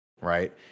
right